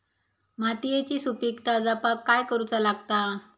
मातीयेची सुपीकता जपाक काय करूचा लागता?